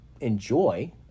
enjoy